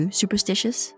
superstitious